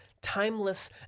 Timeless